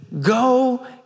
Go